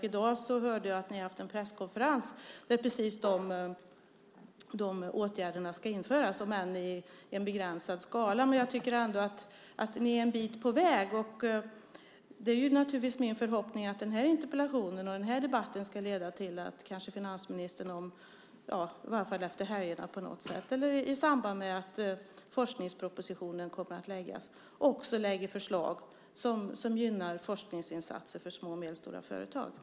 I dag hörde jag att ni har haft en presskonferens om att precis de åtgärderna ska införas om än i en begränsad skala. Jag tycker ändå att ni är en bit på väg. Det är naturligtvis min förhoppning att den här interpellationen och den här debatten ska leda till att finansministern efter helgerna eller i samband med att forskningspropositionen läggs fram också lägger fram förslag som gynnar forskningsinsatser för små och medelstora företag.